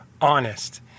honest